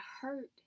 hurt